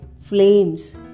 flames